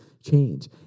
change